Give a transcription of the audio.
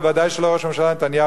ודאי לא ראש הממשלה נתניהו,